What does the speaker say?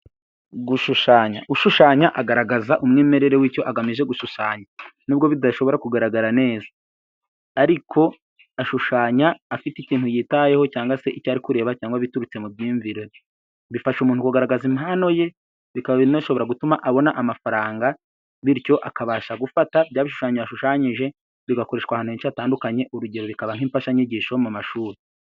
Gushushanya, ushushanya agaragaza umwimerere w'cyo agamije gushushanya n'ubwo bidashobora kugaragara neza, ariko ashushanya afite ikintu yitayeho cyangwa se icyo ari kureba cyangwa biturutse mu myumvire, bifasha umuntu kugaragaza impano ye bikaba binashobora gutuma abona amafaranga bityo akabasha gufata bya bishushanyo yashushanyije, bigakoreshwa ahantu heshi hatandukanye, urugero bikaba nk'imfashanyigisho mu mashuri.